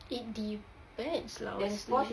it depends lah honestly